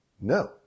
no